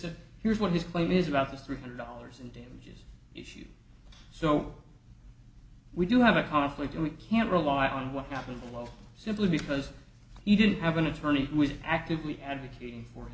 said here's what this claim is about this three hundred dollars in damages issue so we do have a conflict and we can't rely on what happened was simply because he didn't have an attorney who was actively advocating for